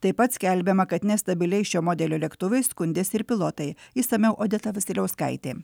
taip pat skelbiama kad nestabiliais šio modelio lėktuvais skundėsi ir pilotai išsamiau odeta vasiliauskaitė